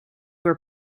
were